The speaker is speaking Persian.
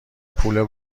پول